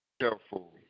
Careful